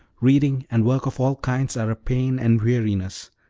reading and work of all kinds are a pain and weariness.